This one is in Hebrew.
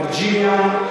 בווירג'יניה,